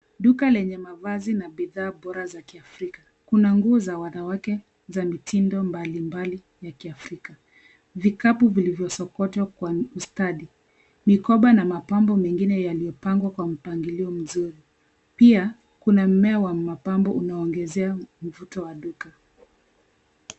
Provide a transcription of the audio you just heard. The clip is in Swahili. Duka lenye mavazi na bidhaa bora za kiafrika. Kuna nguo za wanawake za mitindo mbalimbali ya kiafrika. Vikapu vilivyosokotwa kwa mstari. Mikoba na mapambo mengine yaliyopangwa kwa mpangilo mzuri. Pia , kuna mmea wa mapambo unaoongezea mvuto wa duka.